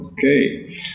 Okay